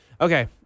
okay